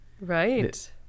Right